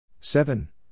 seven